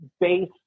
base